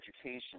education